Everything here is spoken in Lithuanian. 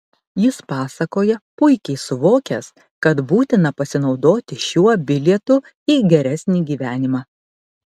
jis pasakoja puikiai suvokęs kad būtina pasinaudoti šiuo bilietu į geresnį gyvenimą